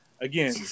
again